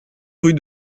rue